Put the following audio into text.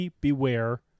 Beware